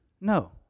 No